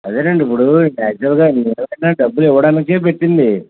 అదే అండి ఇప్పుడు యాక్చువల్గా ఎవరికైన డబ్బులు ఇవ్వడానికి పెట్టింది